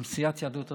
עם סיעת יהדות התורה,